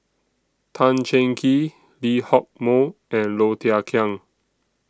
Tan Cheng Kee Lee Hock Moh and Low Thia Khiang